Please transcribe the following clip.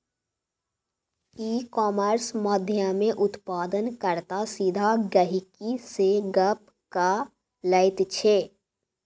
इ कामर्स माध्यमेँ उत्पादन कर्ता सीधा गहिंकी सँ गप्प क लैत छै